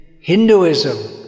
Hinduism